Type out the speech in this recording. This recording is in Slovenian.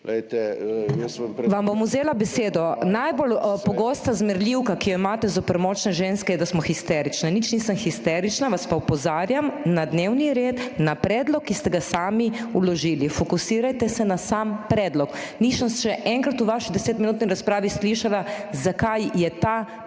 Vam bom vzela besedo. Najbolj pogosta zmerljivka, ki jo imate zoper močne ženske, je, da smo histerične. Nič nisem histerična, vas pa opozarjam na dnevni red, na predlog, ki ste ga sami vložili. Fokusirajte se na sam predlog. Nisem še enkrat v vaši desetminutni razpravi slišala, zakaj je ta predlog